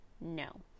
no